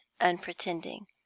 unpretending